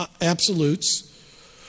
absolutes